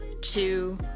two